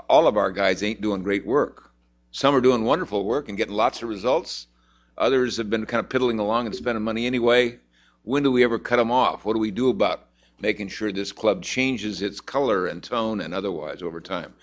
all of our guys ain't doing great work some are doing wonderful work and getting lots of results others have been kind of piddling along it's been a money anyway when do we ever cut them off or do we do about making sure this club changes its color and tone and otherwise over time